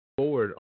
Forward